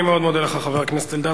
אני מאוד מודה לך, חבר הכנסת אלדד.